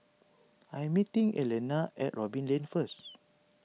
I am meeting Elana at Robin Lane first